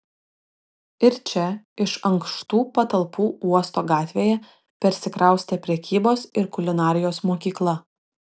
ir čia iš ankštų patalpų uosto gatvėje persikraustė prekybos ir kulinarijos mokykla